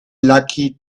lucky